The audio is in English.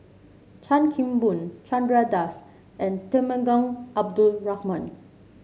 Chan Kim Boon Chandra Das and Temenggong Abdul Rahman